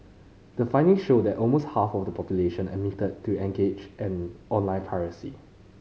the findings showed that almost half of the population admitted to engaged in online piracy